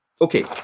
Okay